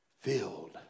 filled